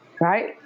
Right